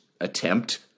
attempt